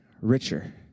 richer